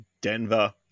Denver